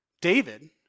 David